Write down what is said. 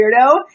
weirdo